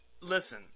Listen